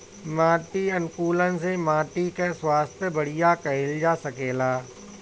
माटी अनुकूलक से माटी कअ स्वास्थ्य बढ़िया कइल जा सकेला